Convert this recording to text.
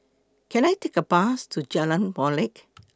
Can I Take A Bus to Jalan Molek